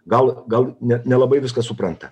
gal gal net nelabai viską supranta